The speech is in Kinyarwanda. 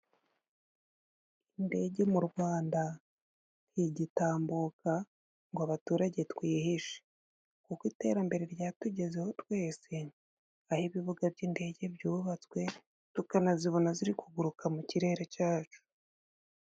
Indege mu Rwanda ntigitambuka ngo abaturage twihishe, kuko iterambere ryatugezeho twese, aho ibibuga by’indege byubatswe, tukanazibona ziri kuguruka mu kirere cyacu.